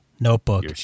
Notebook